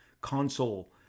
console